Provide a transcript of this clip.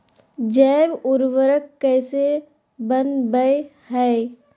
जैव उर्वरक कैसे वनवय हैय?